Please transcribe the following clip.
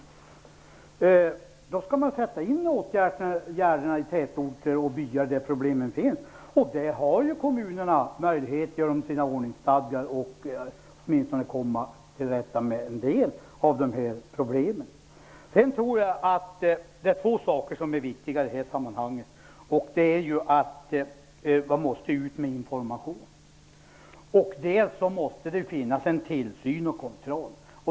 Man skall sätta in åtgärderna i tätorter och byar, där problemen finns. Kommunerna har möjligheter att genom sina ordningsstadgor åtminstone komma till rätta med en del av problemen. Det är två saker som är viktiga i detta sammanhang. Man måste ut med information. Det måste också finnas en tillsyn och kontroll.